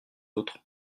autres